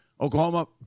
Oklahoma